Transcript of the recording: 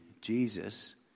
Jesus